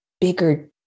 bigger